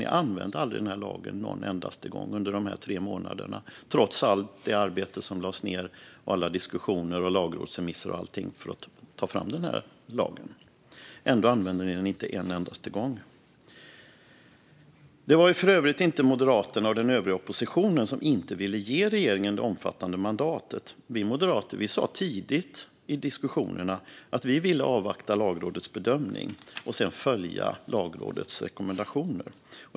Ni använde aldrig den här lagen - inte en endaste gång under de tre månaderna trots allt det arbete som lades ned, alla diskussioner, lagrådsremisser och allt, för att ta fram lagen. Ändå använde ni den inte en enda gång. Det var för övrigt inte Moderaterna och den övriga oppositionen som inte ville ge regeringen det omfattande mandatet. Vi moderater sa tidigt i diskussionerna att vi ville avvakta Lagrådets bedömning och sedan följa Lagrådets rekommendationer.